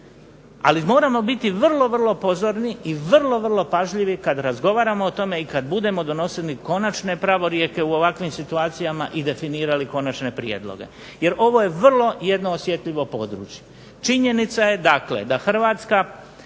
Ali, moramo biti vrlo, vrlo pozorni i vrlo, vrlo pažljivi kad razgovaramo o tome i kad budemo donosili konačne pravorijeke u ovakvim situacijama i definirali konačne prijedloge. Jer ovo je vrlo jedno osjetljivo područje. Činjenica je dakle da Hrvatska